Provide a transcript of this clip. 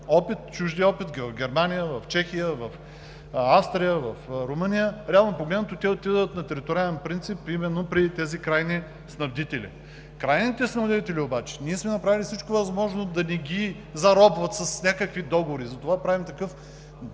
чуждия опит в Германия, в Чехия, в Австрия, в Румъния. Реално погледнато те отиват на териториален принцип именно при тези крайни снабдители. Крайните снабдители обаче ние сме направили всичко възможно да не ги заробват с някакви договори. Затова правим бланков